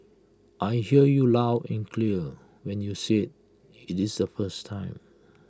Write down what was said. I hear you loud and clear when you said IT is the first time